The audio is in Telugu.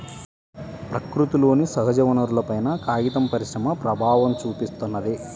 ప్రకృతిలోని సహజవనరులపైన కాగిత పరిశ్రమ ప్రభావం చూపిత్తున్నది